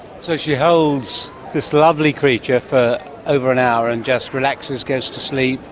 so she holds this lovely creature for over an hour and just relaxes, goes to sleep.